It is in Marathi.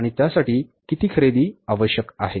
आणि त्यासाठी किती खरेदी आवश्यक आहे